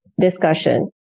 discussion